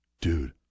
dude